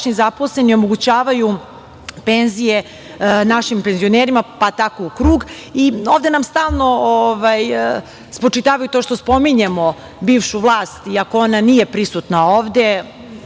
zaposleni omogućavaju penzije našim penzionerima, pa tako u krug. Ovde nam stalno spočitavaju to što spominjemo bivšu vlast, iako ona nije prisutna ovde,